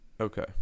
Okay